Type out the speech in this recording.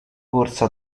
corsa